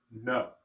no